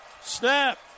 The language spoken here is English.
snap